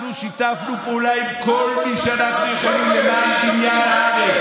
אנחנו שיתפנו פעולה עם כל מי שאנחנו יכולים למען בניין הארץ,